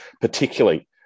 particularly